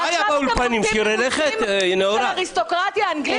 ועכשיו אתם רוצים נימוסים של אריסטוקרטיה אנגלית.